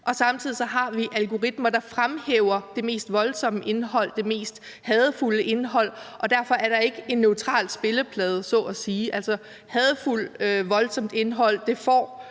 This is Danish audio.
vi samtidig har algoritmer, der fremhæver det mest voldsomme indhold, det mest hadefulde indhold, og at der så at sige derfor ikke er en neutral spilleplade. Altså, hadefuldt, voldsomt indhold får